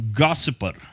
gossiper